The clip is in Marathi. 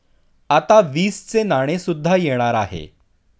आता वीसचे नाणे सुद्धा येणार आहे